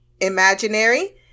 Imaginary